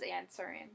answering